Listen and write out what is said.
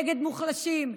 נגד מוחלשים,